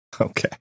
Okay